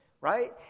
right